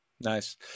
Nice